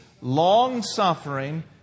long-suffering